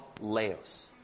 laos